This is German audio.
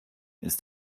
ist